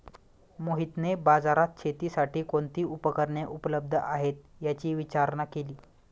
मोहितने बाजारात शेतीसाठी कोणती उपकरणे उपलब्ध आहेत, याची विचारणा केली